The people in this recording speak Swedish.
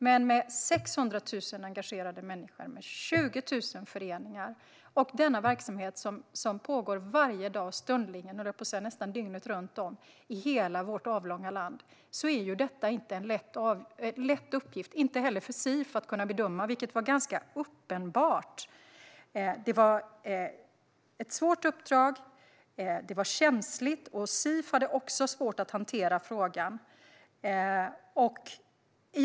Men med 600 000 engagerade människor och 20 000 föreningar i en verksamhet som pågår varje dag - stundligen, höll jag på att säga - nästan dygnet runt i hela vårt avlånga land är det inte heller för CIF en lätt uppgift att bedöma. Det var ganska uppenbart. Det var ett svårt uppdrag. Det var känsligt, och CIF hade också svårt att hantera frågan.